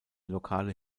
lokale